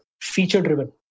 feature-driven